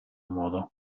modo